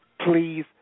please